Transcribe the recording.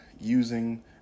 using